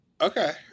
Okay